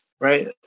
right